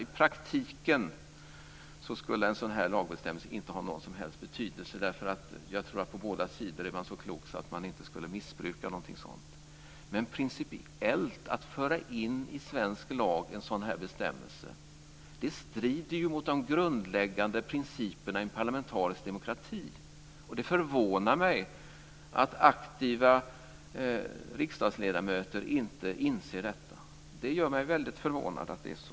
I praktiken skulle en sådan lagbestämmelse inte ha någon som helst betydelse därför att jag tror att man på båda sidor är så klok att man inte skulle missbruka någonting sådant. Men att i svensk lag föra in en sådan här bestämmelse strider ju principiellt mot de grundläggande principerna i en parlamentarisk demokrati. Och det förvånar mig att aktiva riksdagsledamöter inte inser detta. Det gör mig väldigt förvånad att det är så.